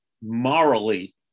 morally